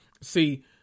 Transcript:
See